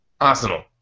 arsenal